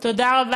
תודה רבה.